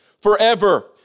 forever